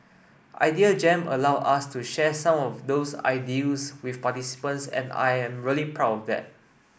Idea Jam allowed us to share some of those ideals with participants and I am really proud of that